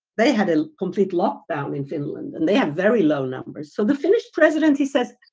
they had a complete lockdown in finland and they had very low numbers. so the finnish presidency says,